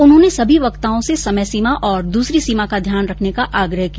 उन्होंने सभी वक्ताओं से समय सीमा और दूसरी सीमा का ध्यान रखने का आगृह किया